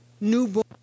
newborn